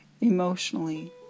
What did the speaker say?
emotionally